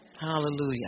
Hallelujah